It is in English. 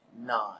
nine